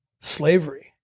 slavery